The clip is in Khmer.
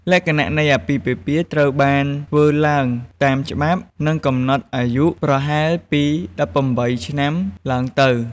លក្ខខណ្ឌនៃអាពាហ៍ពិពាហ៍ត្រូវបានធ្វើឡើងតាមច្បាប់ ដែលកំណត់អាយុរៀបការប្រហែលពី ១៨ ឆ្នាំឡើងទៅ។